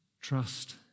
trust